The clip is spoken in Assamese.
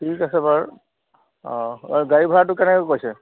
ঠিক আছে বাৰু অঁ এই গাড়ী ভাড়াটো কেনেকৈ কৈছে